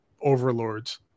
overlords